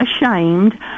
ashamed